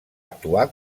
actuar